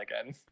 again